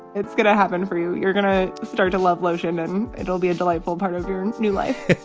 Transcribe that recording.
it's going to happen for you. you're gonna start to love lotion and it it'll be a delightful part of your and new life